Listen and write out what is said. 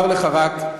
אני יכול לומר לך רק,